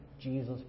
Jesus